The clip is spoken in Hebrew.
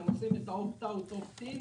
שהן עושות אופט-אאוט ומיד אופט-אין